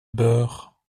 beurre